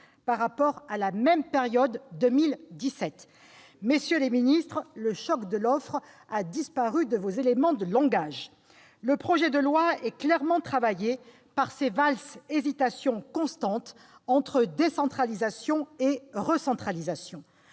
par rapport à la même période en 2017. Monsieur le ministre, monsieur le secrétaire d'État, le choc de l'offre a disparu de vos éléments de langage ! Le projet de loi est clairement travaillé par une valse-hésitation constante entre décentralisation et recentralisation.